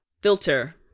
filter